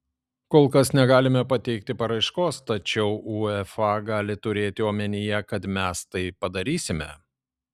kol kas negalime pateikti paraiškos tačiau uefa gali turėti omenyje kad mes tai padarysime